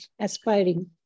aspiring